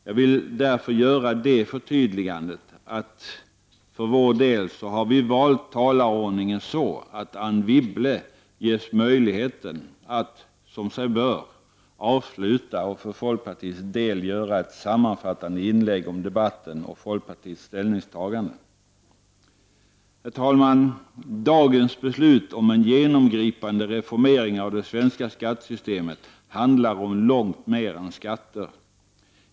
Jag vill därför göra det förtydligandet att vi för vår del valt talarordningen så, att Anne Wibble ges möjligheten att, som sig bör, avsluta och för folkpartiets del göra ett sammanfattande inlägg om debatten och folkpartiets ställningstaganden. Herr talman! Dagens beslut om en genomgripande reformering av det svenska skattesystemet handlar om långt mera än skatter.